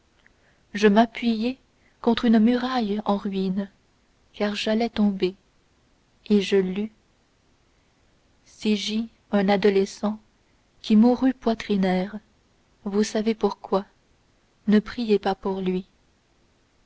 je m'appuyai contre une muraille en ruine car j'allais tomber et je lus ci-gît un adolescent qui mourut poitrinaire vous savez pourquoi ne priez pas pour lui